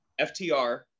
FTR